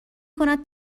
کند